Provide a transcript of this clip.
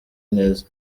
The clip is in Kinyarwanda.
neza